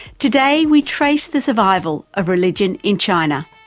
today we trace the survival of religion in china.